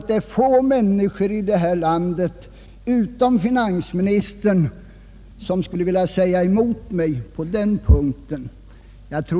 Det är få människor i vårt land utom finansministern som skulle vilja säga emot mig på denna punkt.